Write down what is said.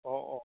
অঁ অঁ